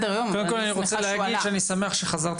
אם ייחלטו את המסעות הנוער מידי משרד החינוך,